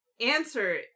answer